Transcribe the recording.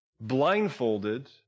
blindfolded